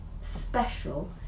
special